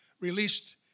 released